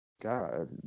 God